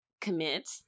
commit